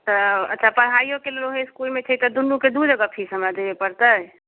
तऽ अच्छा पढ़ाइयोके लेल ओहे इसकुलमे छै तऽ दुनूके दू जगह फीस हमरा देबे पड़तै